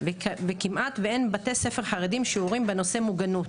וכמעט ואין בבתי ספר חרדיים שיעורים בנושא מוגנות.